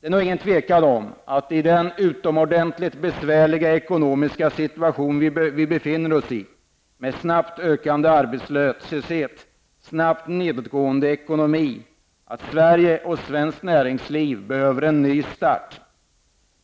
Det råder inget tvivel om att i den utomordentligt besvärliga ekonomiska situation som Sverige befinner sig i, med snabbt ökande arbetslöshet och snabbt nedgående ekonomi, behöver Sverige och svenskt näringsliv en ny start.